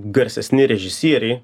garsesni režisieriai